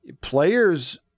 players